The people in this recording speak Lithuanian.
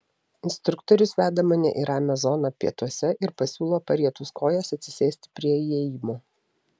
instruktorius veda mane į ramią zoną pietuose ir pasiūlo parietus kojas atsisėsti prie įėjimo